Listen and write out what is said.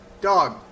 dog